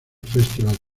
festival